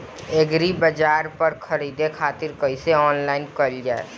एग्रीबाजार पर खरीदे खातिर कइसे ऑनलाइन कइल जाए?